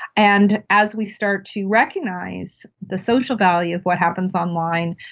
and as we start to recognise the social value of what happens online,